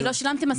כי לא שילמתם עשור.